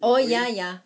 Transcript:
oh ya ya